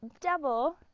double